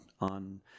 on